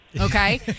Okay